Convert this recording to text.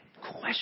question